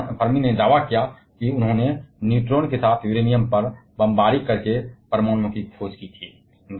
लेकिन फर्मी ने दावा किया कि उन्होंने न्यूट्रॉन के साथ यूरेनियम पर बमबारी करके परमाणुओं की खोज की है